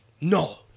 no